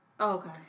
okay